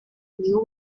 new